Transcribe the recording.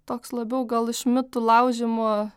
toks labiau gal iš mitų laužymo